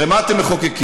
הרי מה אתם מחוקקים?